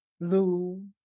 blue